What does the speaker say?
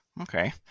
Okay